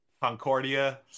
Concordia